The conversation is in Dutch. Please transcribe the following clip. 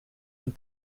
een